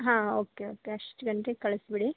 ಹಾಂ okay okay ಅಷ್ಟು ಗಂಟೆಗೆ ಕಳ್ಸಿ ಬಿಡಿ